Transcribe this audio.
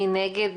מי נגד?